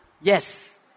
Yes